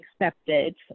accepted